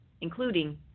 including